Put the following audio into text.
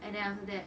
and then after that